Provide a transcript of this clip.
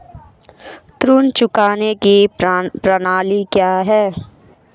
ऋण चुकाने की प्रणाली क्या है?